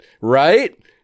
Right